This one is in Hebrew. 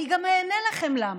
אני גם אני אענה לכם למה: